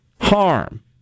harm